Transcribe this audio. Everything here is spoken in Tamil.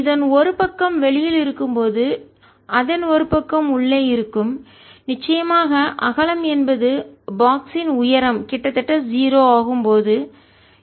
அதன் ஒரு பக்கம் வெளியில் இருக்கும் போது அதன் ஒரு பக்கம் உள்ளே இருக்கும் நிச்சயமாக அகலம் என்பது பாக்ஸ் பெட்டி யின் உயரம் கிட்டத்தட்ட 0 ஆகும் போது இது டைவர்ஜென்ஸ் M dv க்கு சமம் ஆகும்